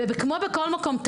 כמו בכל מקום,